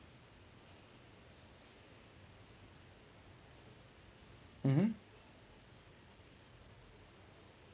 mmhmm